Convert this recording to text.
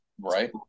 Right